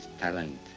talent